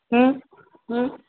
হুম হুম